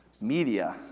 media